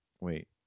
Wait